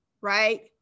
right